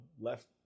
left